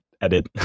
edit